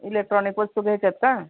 electronic वस्तू घ्यायच्या आहेत का